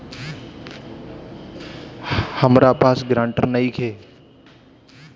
हमरा पास ग्रांटर नइखे?